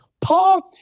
Paul